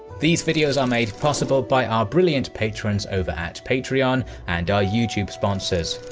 these videos are made possible by our brilliant patrons over at patreon and our youtube sponsors.